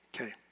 Okay